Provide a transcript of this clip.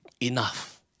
Enough